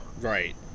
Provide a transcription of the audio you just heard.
Right